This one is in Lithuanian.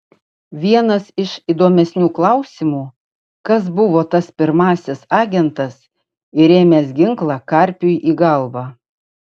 vienas iš įdomesnių klausimų kas buvo tas pirmasis agentas įrėmęs ginklą karpiui į galvą